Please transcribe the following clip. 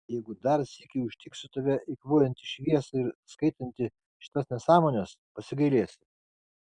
jeigu dar sykį užtiksiu tave eikvojantį šviesą ir skaitantį šitas nesąmones pasigailėsi